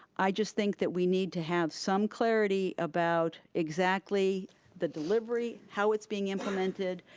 i just think that we need to have some clarity about exactly the delivery, how it's being implemented,